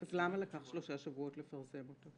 אז למה זה לקח שלושה שבועות לפרסם אותו?